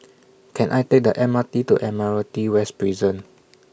Can I Take The M R T to Admiralty West Prison